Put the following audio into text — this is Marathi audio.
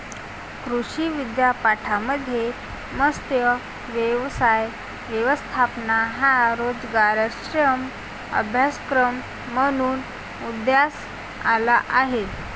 कृषी विद्यापीठांमध्ये मत्स्य व्यवसाय व्यवस्थापन हा रोजगारक्षम अभ्यासक्रम म्हणून उदयास आला आहे